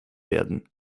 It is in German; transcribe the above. werden